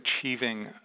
achieving